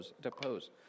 depose